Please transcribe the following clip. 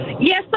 yes